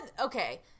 okay